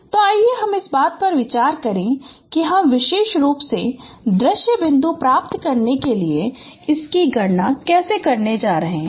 तो आइए हम इस बात पर विचार करें कि हम विशेष रूप से दृश्य बिंदु प्राप्त करने के लिए इसकी गणना कैसे करने जा रहे हैं